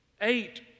eight